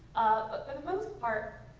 but for the most part,